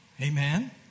Amen